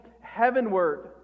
heavenward